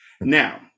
Now